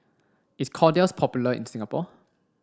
is Kordel's popular in Singapore